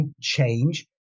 change